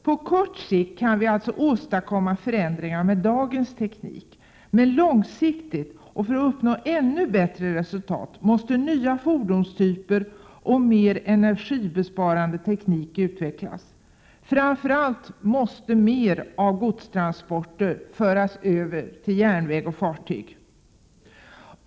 På kort sikt kan vi alltså åstadkomma förändringar med dagens teknik, men långsiktigt och för att uppnå ännu bättre resultat måste nya fordonstyper och mer energibesparande teknik utvecklas. Framför allt måste en större andel av godstransporterna föras över till järnväg och fartyg.